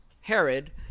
Herod